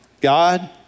God